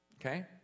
okay